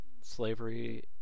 slavery